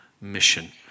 mission